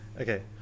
Okay